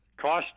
Cost